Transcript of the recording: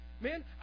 Man